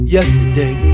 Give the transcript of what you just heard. Yesterday